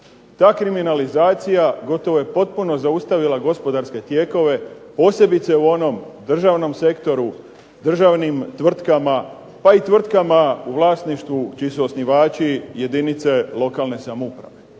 Ta kriminalizacija gotovo je potpuno zaustavila gospodarske tijekove, posebice u onom državnom sektoru, državnim tvrtkama, pa i tvrtkama u vlasništvu čiji su osnivači jedinice lokalne samouprave.